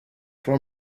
for